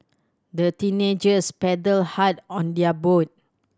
the teenagers paddled hard on their boat